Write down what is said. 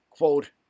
Quote